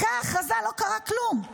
אחרי ההכרזה לא קרה כלום,